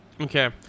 Okay